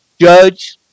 judge